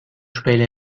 şüpheyle